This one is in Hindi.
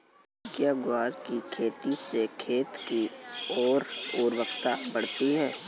क्या ग्वार की खेती से खेत की ओर उर्वरकता बढ़ती है?